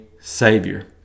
Savior